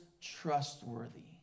trustworthy